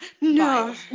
no